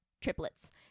triplets